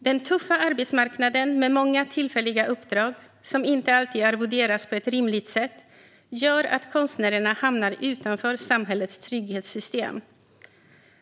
Den tuffa arbetsmarknaden, med många tillfälliga uppdrag som inte alltid arvoderas på ett rimligt sätt, gör att konstnärerna hamnar utanför samhällets trygghetssystem.